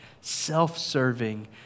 self-serving